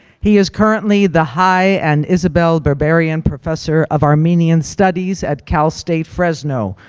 he is currently the high and isabel berberian professor of armenian studies at cal state fresno,